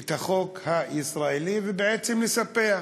את החוק הישראלי ובעצם לספח.